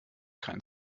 kein